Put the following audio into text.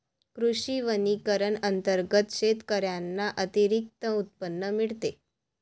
कृषी वनीकरण अंतर्गत शेतकऱ्यांना अतिरिक्त उत्पन्न मिळते